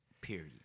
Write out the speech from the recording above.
period